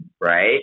Right